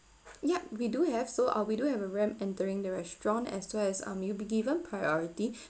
yup we do have so ah we do have a ramp entering the restaurant as well as um you'd be given priority